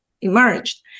emerged